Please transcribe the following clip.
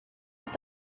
ist